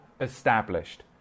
established